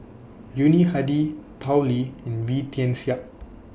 Yuni Hadi Tao Li and Wee Tian Siak